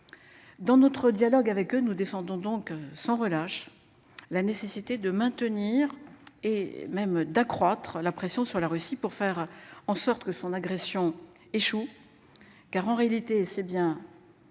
Dans notre dialogue avec eux, nous défendons donc sans relâche. La nécessité de maintenir et même d'accroître la pression sur la Russie pour faire en sorte que son agression échouent. Car en réalité, c'est bien. L'avenir